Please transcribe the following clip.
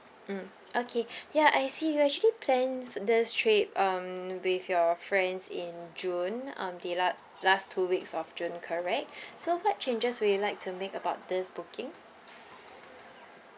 mm okay ya I see you actually planned for this trip um with your friends in june um the la~ last two weeks of june correct so what changes would you like to make about this booking